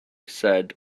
said